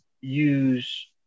use